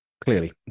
Clearly